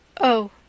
Oh